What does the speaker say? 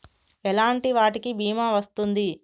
ఎలాంటి వాటికి బీమా వస్తుంది?